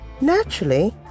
Naturally